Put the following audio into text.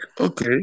okay